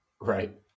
Right